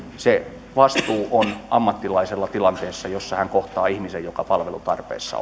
se vastuu on ammattilaisella tilanteessa jossa hän kohtaa ihmisen joka palvelun tarpeessa